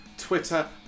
twitter